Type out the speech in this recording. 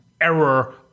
error